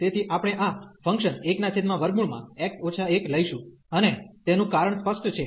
તેથી આપણે આ ફંકશન 1x 1 લઈશું અને તેનું કારણ સ્પષ્ટ છે